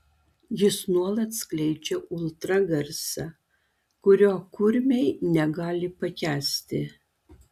jis nuolat skleidžia ultragarsą kurio kurmiai negali pakęsti